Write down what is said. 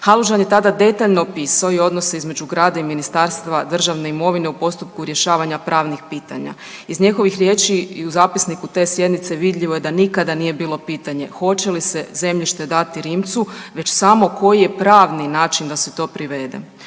Halužan je tada detaljno opisao i odnos između grada i Ministarstva državne imovine u postupku rješavanja pravnih pitanja. Iz njegovih riječi i u zapisniku te sjednice vidljivo je da nikada nije bilo pitanje hoće li se zemljište dati Rimcu, već samo koji je pravni način da se to provede.